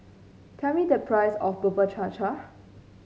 tell me the price of Bubur Cha Cha